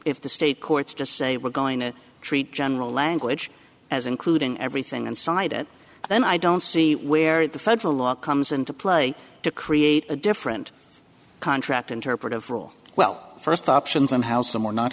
if the state courts just say we're going to treat general language as including everything and side it then i don't see where the federal law comes into play to create a different contract interpretive rule well first option somehow some we're not